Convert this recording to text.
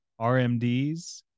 RMDs